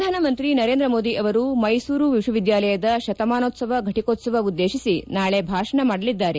ಪ್ರಧಾನಮಂತ್ರಿ ನರೇಂದ್ರ ಮೋದಿ ಆವರು ಮೈಸೂರು ವಿಶ್ವವಿದ್ಯಾಲಯದ ಶತಮಾನೋತ್ಸವ ಘಟಕೋತ್ಸವ ಉದ್ದೇಶಿಸಿ ನಾಳೆ ಭಾಷಣ ಮಾಡಲಿದ್ದಾರೆ